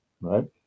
right